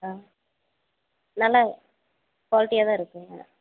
ஆ நல்லா குவாலிட்டியாக தான் இருக்குங்க